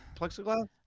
plexiglass